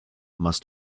must